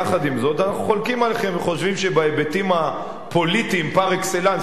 יחד עם זאת אנחנו חולקים עליכם וחושבים שבהיבטים הפוליטיים פר-אקסלנס,